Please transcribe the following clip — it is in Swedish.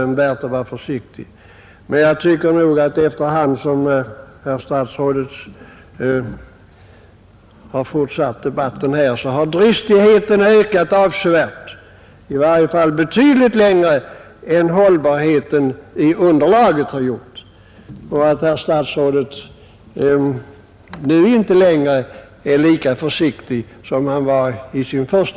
Men jag tycker att efter hand som herr statsrådet har fortsatt debatten här så har hans dristighet ökat avsevärt, i varje fall betydligt mera än vad hållbarheten i underlaget har gjort.